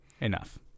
Enough